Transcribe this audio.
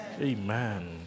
Amen